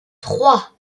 trois